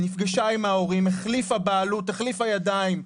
נפגשה עם ההורים, החליפה בעלות, החליפה ידיים.